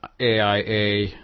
AIA